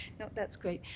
that's great.